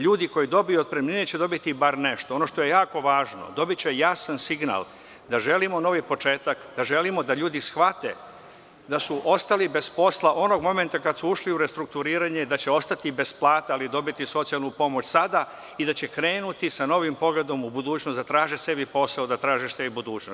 Ljudi koji dobiju otpremnine će dobiti bar nešto, ono što je jako važno, dobiće jasan signal da želimo novi početak, da želimo da ljudi shvate da su ostali bez posla, onog momenta kada su ušli u restrukturiranje da će ostati bez plata, ali dobiti socijalnu pomoć sada i da će krenuti sa novim pogledom u budućnost, da traže sebi posao, da traže sebi budućnost.